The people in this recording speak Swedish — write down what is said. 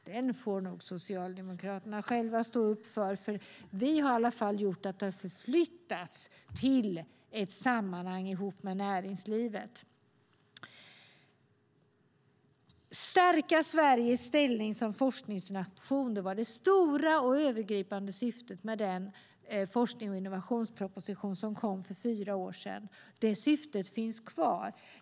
Den får nog Socialdemokraterna själva stå upp för. Den har förflyttats till ett sammanhang ihop med näringslivet. Det var fråga om att stärka Sveriges ställning som forskningsnation. Det var det stora och övergripande syftet med den forsknings och innovationsproposition som kom för fyra år sedan. Det syftet finns kvar.